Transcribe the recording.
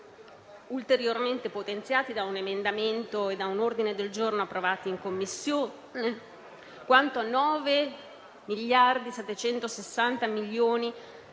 ulteriormente potenziati da un emendamento e da un ordine del giorno approvati in Commissione; 9.760 milioni